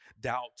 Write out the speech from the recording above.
doubt